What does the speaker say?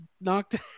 knocked